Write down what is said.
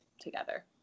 together